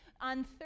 On